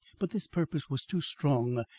but this purpose was too strong,